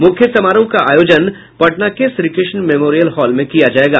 मुख्य समारोह का आयोजन पटना के श्रीकृष्ण मेमोरियल हॉल में किया जायेगा